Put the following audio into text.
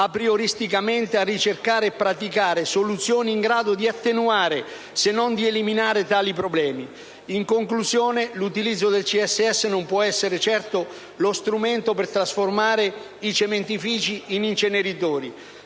aprioristicamente a ricercare e praticare soluzioni in grado di attenuare, se non di eliminare, tali problemi. In conclusione, l'utilizzo del CSS non può essere lo strumento per trasformare i cementifici in inceneritori,